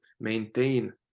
maintain